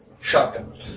shotgun